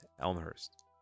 Elmhurst